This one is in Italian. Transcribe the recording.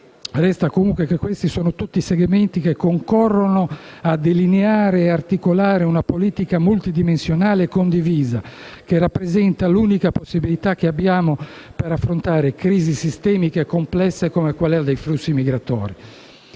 Resta comunque il fatto che questi sono tutti segmenti che concorrono a delineare e articolare una politica multidimensionale e condivisa, che rappresenta l'unica possibilità che abbiamo per affrontare crisi sistemiche e complesse come quella dei flussi migratori.